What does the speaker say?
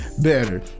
better